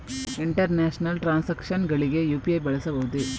International transactions ಗಳಿಗೆ UPI ಬಳಸಬಹುದೇ?